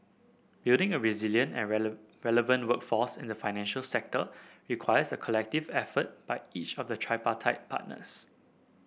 building a resilient and relevant workforce in the financial sector requires a collective effort by each of the tripartite partners